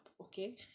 okay